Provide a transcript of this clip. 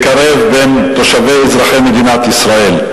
לקרב בין תושבי מדינת ישראל.